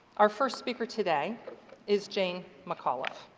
our first speaker today is jane mcauliffe.